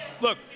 Look